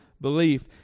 belief